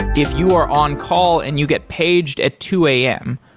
if you are on call and you get paged at two a m,